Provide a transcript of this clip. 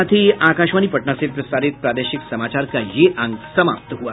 इसके साथ ही आकाशवाणी पटना से प्रसारित प्रादेशिक समाचार का ये अंक समाप्त हुआ